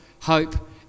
hope